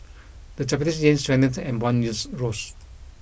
the Japanese yen strengthened and bond yields rose